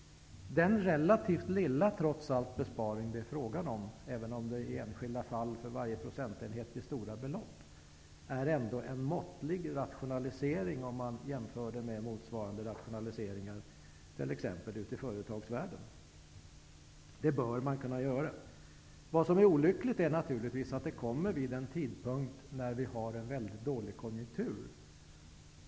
Den trots allt relativt lilla besparing det är fråga om, även om det i enskilda fall för varje procentenhet blir stora belopp, är ändå en måttlig rationalisering om man jämför med motsvarande rationaliseringar ute i företagsvärlden. Detta bör man kunna göra. Det som är olyckligt är naturligtvis att förändringen kommer vid en tidpunkt när vi har en mycket dålig konjunktur.